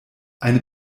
eine